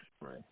Right